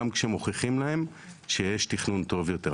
גם כשמוכיחים להם שיש תכנון טוב יותר.